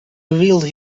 revealed